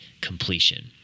completion